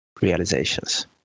realizations